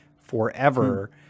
forever